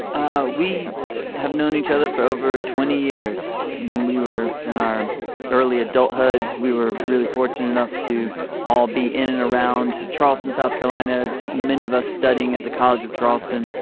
ah we have known each other for over twenty years. when we were in our early adulthood, we were really fortunate enough to all be in and around charleston, south carolina. many of us studying at the college of charleston,